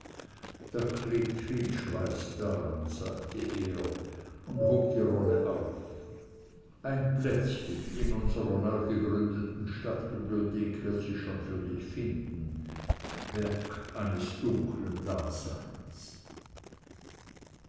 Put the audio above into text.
da klebt viel schweiß daran sagte er und hob die rolle auf ein plätzchen in unsrer neu gegründeten stadtbibliothek wird sich schon für dich finden werk eines dunkeln daseins